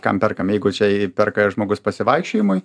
kam perkam jeigu čia perka žmogus pasivaikščiojimui